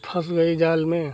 फँस गई जाल में